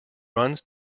runs